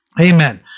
Amen